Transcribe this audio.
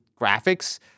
graphics